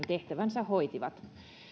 tehtävänsä hoitivat